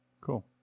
cool